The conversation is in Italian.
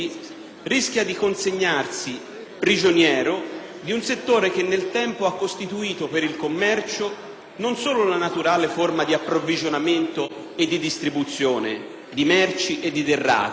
rischia di consegnarsi prigioniero, di un settore che nel tempo ha costituito per il commercio non solo la naturale forma di approvvigionamento e di distribuzione di merci e di derrate,